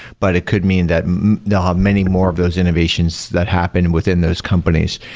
but it could mean that they'll have many more of those innovations that happen within those companies.